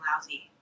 lousy